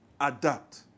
Adapt